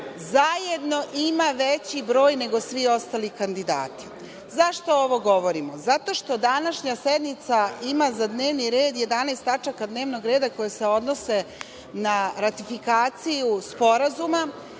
zajedno ima veći broj nego svi ostali kandidati.Zašto ovo govorimo? Zato što današnja sednica ima za dnevni red 11 tačaka dnevnog reda koje se odnose na ratifikaciju sporazuma